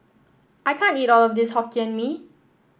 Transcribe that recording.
I can't eat all of this Hokkien Mee